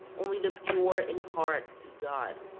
only the pure in heart see god.